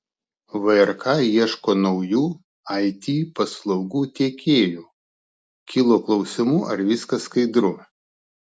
vrk ieško naujų it paslaugų tiekėjų kilo klausimų ar viskas skaidru